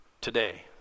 today